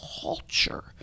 culture